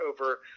over